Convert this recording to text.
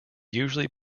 usually